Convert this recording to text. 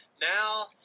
Now